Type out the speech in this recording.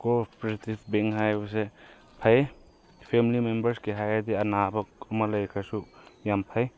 ꯀꯣ operative bank ꯍꯥꯏꯕꯁꯦ ꯐꯩ ꯐꯦꯃꯤꯂꯤ ꯃꯦꯝꯕꯔꯁꯀꯤ ꯍꯥꯏꯔꯗꯤ ꯑꯅꯥꯕ ꯑꯃ ꯂꯩꯈ꯭ꯔꯁꯨ ꯌꯥꯝ ꯐꯩ